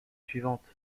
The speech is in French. suivante